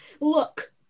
look